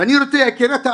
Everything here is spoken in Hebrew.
אני רוצה, יקירת העם,